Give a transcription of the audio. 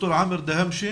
ד"ר עאמר דהאמשה.